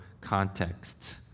context